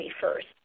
First